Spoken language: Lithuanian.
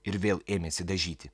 ir vėl ėmėsi dažyti